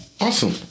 Awesome